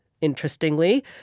interestingly—